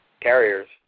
Carriers